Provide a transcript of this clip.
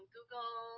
Google